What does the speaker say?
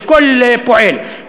לכל פועל,